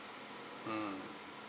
mm